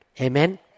Amen